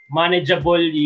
manageable